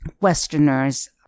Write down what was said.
Westerners